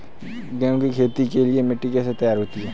गेहूँ की खेती के लिए मिट्टी कैसे तैयार होती है?